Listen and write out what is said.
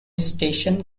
station